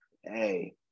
hey